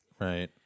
Right